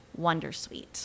Wondersuite